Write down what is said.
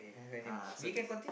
ah so there's